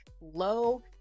low